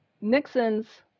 Nixon's